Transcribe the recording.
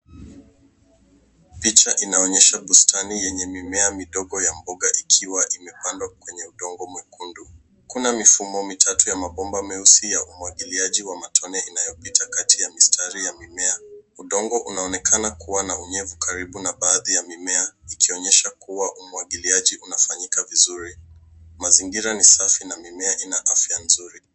Picha inaonyesha bustani yenye mimea midogo ya mboga ikiwa imepandwa kwenye udongo mwekundu. Kuna mifumo mitatu ya mabomba meusi ya umwagiliaji wa matone inayopita kati ya mistari ya mimea. Udongo unaonekana kuwa na unyevu karibu na baadhi ya mimea ikionyesha kuwa umwagiliaji unafanyika vizuri. Mazingira ni safi na mimea ina afya nzuri.